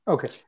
Okay